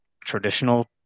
traditional